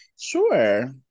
Sure